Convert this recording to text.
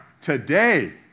Today